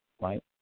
right